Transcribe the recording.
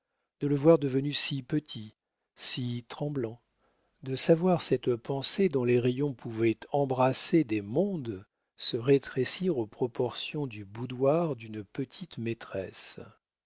de le voir devenu si petit si tremblant de savoir cette pensée dont les rayons pouvaient embrasser des mondes se rétrécir aux proportions du boudoir d'une petite-maîtresse mais